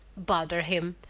bother him.